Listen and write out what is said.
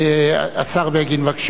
השר בגין, בבקשה.